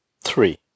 three